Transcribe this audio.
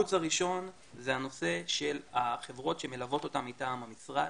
הערוץ הראשון זה הנושא של החברות שמלוות אותם מטעם המשרד.